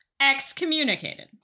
excommunicated